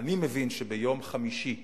אני מבין שביום חמישי הקרוב,